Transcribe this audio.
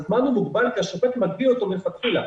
הזמן הוא מוגבל כי השופט מגביל אותו מלכתחילה.